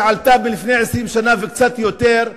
שעלתה לפני 20 שנה וקצת יותר,